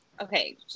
Okay